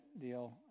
deal